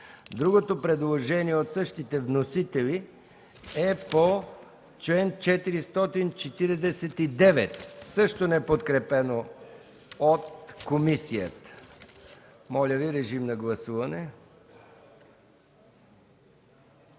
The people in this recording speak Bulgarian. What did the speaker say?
Другото предложение от същите вносители е по чл. 449, също неподкрепено от комисията. Моля, гласувайте.